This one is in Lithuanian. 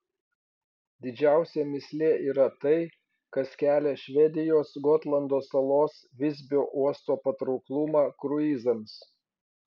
didžiausia mįslė yra tai kas kelia švedijos gotlando salos visbio uosto patrauklumą kruizams